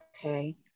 okay